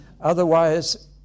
Otherwise